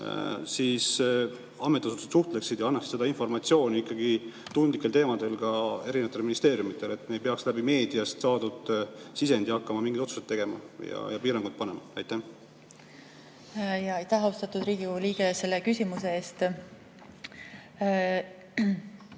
ametiasutused suhtleksid ja annaksid seda informatsiooni ikkagi tundlikel teemadel ka erinevatele ministeeriumidele, et me ei peaks meediast saadud sisendi kaudu hakkama mingeid otsuseid tegema ja piiranguid panema? Aitäh, austatud Riigikogu liige, selle küsimuse eest!